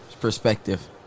perspective